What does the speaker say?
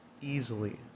easily